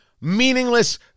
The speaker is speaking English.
meaningless